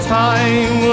time